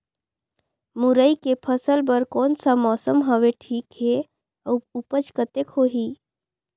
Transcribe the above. मुरई के फसल बर कोन सा मौसम हवे ठीक हे अउर ऊपज कतेक होही?